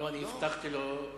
דרך אגב,